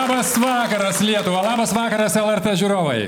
labas vakaras lietuva labas vakaras lrt žiūrovai